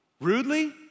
rudely